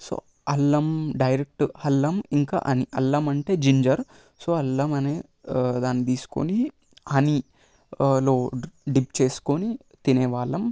so అల్లం direct అల్లం ఇంకా అని అల్లం అంటే జింజర్ సో అల్లము అనే దాన్ని తీసుకొని హనీలో డిప్ చేసుకొని తినేవాళ్ళము